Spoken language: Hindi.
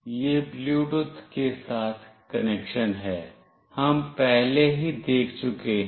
यह ब्लूटूथ के साथ कनेक्शन है हम पहले ही देख चुके हैं